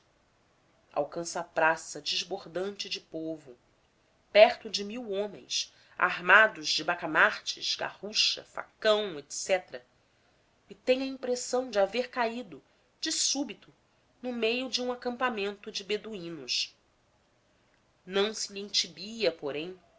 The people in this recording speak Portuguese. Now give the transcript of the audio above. a praça desbordante de povo perto de mil homens armados de bacamartes garrucha facão etc e tem a impressão de haver caído de súbito no meio de um acampamento de beduínos não se lhe entibia porém